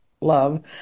love